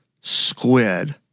squid